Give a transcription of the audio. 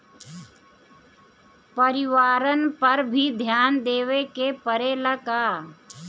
परिवारन पर भी ध्यान देवे के परेला का?